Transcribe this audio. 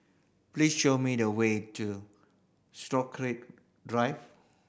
please show me the way to Stokesay Drive